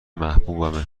محبوبمه